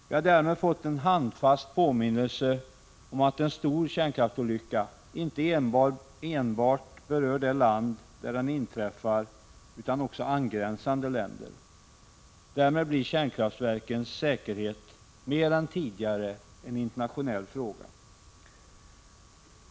Vi har därmed fått en handfast påminnelse om att en stor kärnkraftsolycka inte enbart berör det land där den inträffar utan också angränsande länder. Därmed blir kärnkraftverkens säkerhet mer än tidigare en internationell fråga.